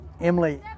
Emily